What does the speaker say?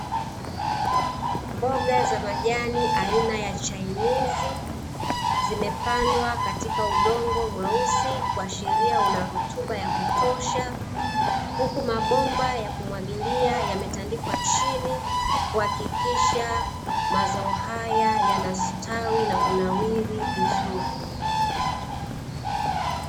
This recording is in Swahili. Mboga za majani aina ya chainizi zimepandwa katika udongo mweusi kuashiria una rutuba ya kutosha, huku mabomba ya kumwagilia yametandikwa chini kuhakikisha mazao haya yanastawi na kunawiri vizuri.